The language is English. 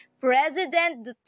President